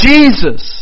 Jesus